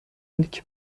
ملک